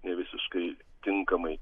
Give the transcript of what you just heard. nevisiškai tinkamai